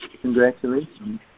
Congratulations